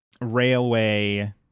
railway